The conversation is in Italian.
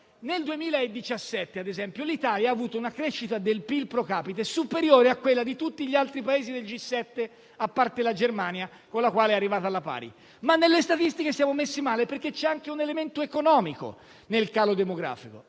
nel 2017, ad esempio, l'Italia ha avuto una crescita del PIL *pro capite* superiore a quella di tutti gli altri Paesi del G7, a parte la Germania con la quale è arrivata alla pari; ma nelle statistiche siamo messi male, perché c'è anche un elemento economico nel calo demografico.